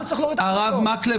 הרב מקלב.